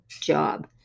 job